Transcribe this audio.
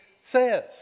says